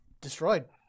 destroyed